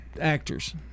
actors